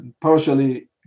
partially